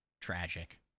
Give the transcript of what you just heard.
Tragic